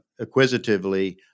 acquisitively